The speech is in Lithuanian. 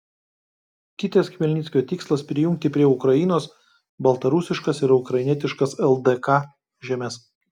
kitas chmelnickio tikslas prijungti prie ukrainos baltarusiškas ir ukrainietiškas ldk žemes